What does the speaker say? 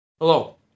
Hello